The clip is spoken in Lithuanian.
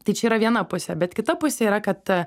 tai čia yra viena pusė bet kita pusė yra kad